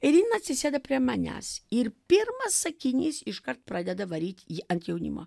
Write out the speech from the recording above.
ir jin atsisėda prie manęs ir pirmas sakinys iškart pradeda varyti ji ant jaunimo